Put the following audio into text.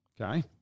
Okay